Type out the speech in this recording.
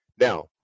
Now